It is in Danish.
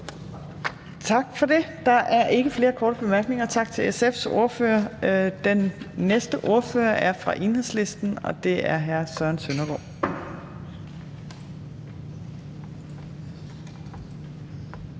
Torp): Der er ikke flere korte bemærkninger. Tak til SF's ordfører. Den næste ordfører er fra Enhedslisten, og det er hr. Søren Søndergaard.